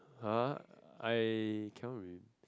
!huh! I cannot really